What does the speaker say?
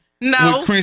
no